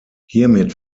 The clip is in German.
hiermit